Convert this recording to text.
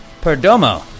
Perdomo